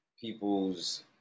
people's